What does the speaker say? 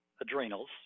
adrenals